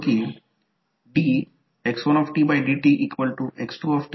हे कॉईल 1 चा रिअॅक्टन्स आहे आणि कारण व्होल्टेजमुळे ते तयार होईल